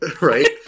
Right